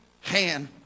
hand